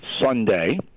Sunday